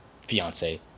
fiance